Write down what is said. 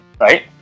Right